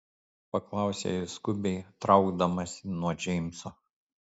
paklausė ji skubiai traukdamasi nuo džeimso